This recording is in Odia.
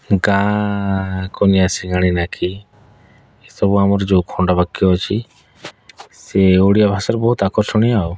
ଗାଁ କନିଆ ସିଂଘାଣି ନାକି ଏସବୁ ଆମର ଯେଉଁ ଖଣ୍ଡବାକ୍ୟ ଅଛି ସେ ଓଡ଼ିଆ ଭାଷାରୁ ବହୁତ ଆକର୍ଷଣୀୟ